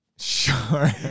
Sure